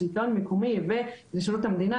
שלטון מקומי ושירות המדינה,